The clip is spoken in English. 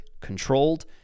controlled